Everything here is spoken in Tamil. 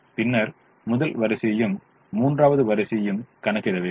பின்னர் முதல் வரிசையையும் மூன்றாவது வரிசையையும் கணக்கிட வேண்டும்